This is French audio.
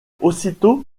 aussitôt